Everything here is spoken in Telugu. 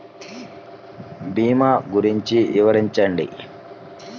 భీమా గురించి వివరించండి?